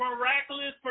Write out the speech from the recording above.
miraculous